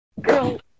girl